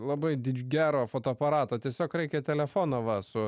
labai didž gero fotoaparato tiesiog reikia telefono va su